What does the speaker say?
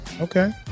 okay